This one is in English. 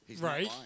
Right